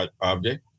object